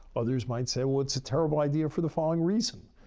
others might say, well, it's a terrible idea for the following reason.